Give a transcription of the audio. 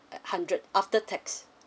uh hundred after tax